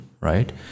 right